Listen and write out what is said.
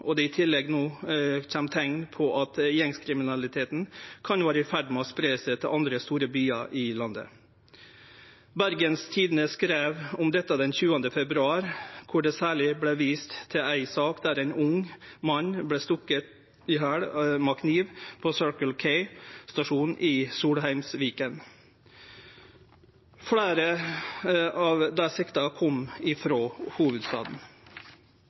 og det i tillegg no kjem teikn på at gjengkriminaliteten kan vere i ferd med å spreie seg til andre store byar i landet. Bergens Tidende skreiv om dette den 20. februar, der det særleg vart vist til ei sak der ein ung mann vart stukken i hel med kniv på Circle K-stasjonen i Solheimsviken. Fleire av dei sikta kom frå hovudstaden.